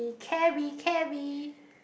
carry carry